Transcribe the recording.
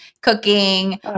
cooking